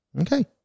Okay